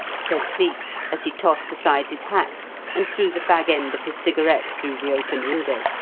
said cleek as he tossed aside his hat and threw the fag-end of his cigarette through the open window.